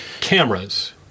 cameras